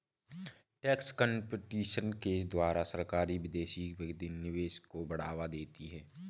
tax competition के द्वारा सरकारी विदेशी निवेश को बढ़ावा देती है